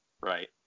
right